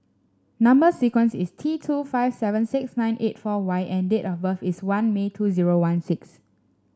number sequence is T two five seven six nine eight four Y and date of birth is one May two zero one six